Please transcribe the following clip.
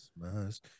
Christmas